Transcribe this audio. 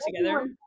together